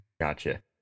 Gotcha